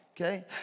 okay